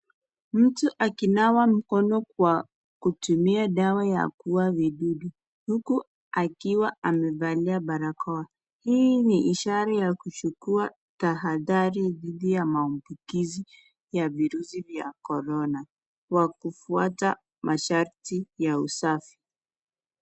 Mtu akinawa mkono kwa kutumia dawa ya kuuwa vidudu. Huku akiwa amevalia barakoa. Hii ni ishara ya kuchukua tahadhari dhidi ya maambukizi ya viruzi vya korona, wa kufwata masharti ya usafi.